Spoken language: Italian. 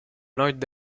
nord